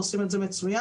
ועושים את זה מצוין.